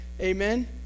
Amen